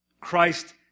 Christ